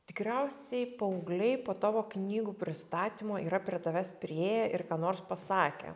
tikriausiai paaugliai po tavo knygų pristatymo yra prie tavęs priėję ir ką nors pasakę